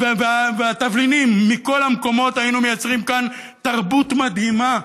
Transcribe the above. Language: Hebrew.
והתבלינים מכל המקומות היינו מייצרים כאן תרבות מדהימה,